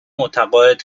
متعاقد